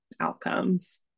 outcomes